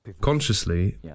Consciously